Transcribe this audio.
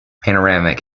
panoramic